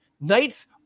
Knights